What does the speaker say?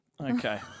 Okay